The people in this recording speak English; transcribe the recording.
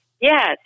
Yes